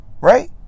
right